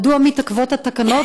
מדוע מתעכבות התקנות,